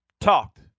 talked